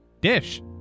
Dish